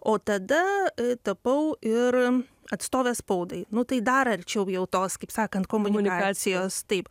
o tada tapau ir atstove spaudai nu tai dar arčiau jau tos kaip sakant komunikacijos taip